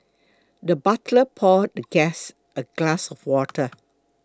the butler poured the guest a glass of water